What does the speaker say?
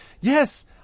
Yes